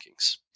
rankings